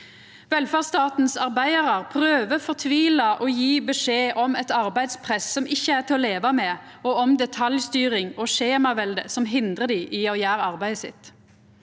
Velferdsstaten sine arbeidarar prøver fortvila å gje beskjed om eit arbeidspress som ikkje er til å leva med, og om detaljstyring og skjemavelde som hindrar dei i å gjera arbeidet sitt.